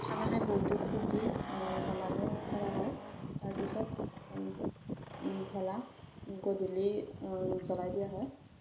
খানা খাই বহুতো ফুৰ্তি ধেমালিও কৰা হয় তাৰপিছত ভেলা গধূলি জ্বলাই দিয়া হয়